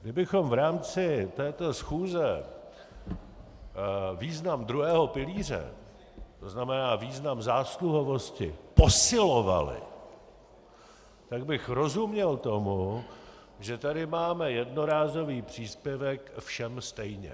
Kdybychom v rámci této schůze význam druhého pilíře, tzn. význam zásluhovosti, posilovali, tak bych rozuměl tomu, že tady máme jednorázový příspěvek všem stejně.